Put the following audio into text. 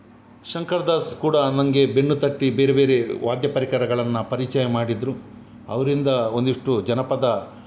ಶಂಕರ್ ದಾಸ್ ಕೂಡ ನನಗೆ ಬೆನ್ನು ತಟ್ಟಿ ಬೇರೆ ಬೇರೆ ವಾದ್ಯ ಪರಿಕರಗಳನ್ನು ಪರಿಚಯ ಮಾಡಿದರು ಅವರಿಂದ ಒಂದಿಷ್ಟು ಜನಪದ